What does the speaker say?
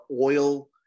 oil